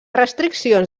restriccions